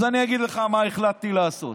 אז אני אגיד לך מה החלטתי לעשות: